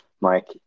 Mike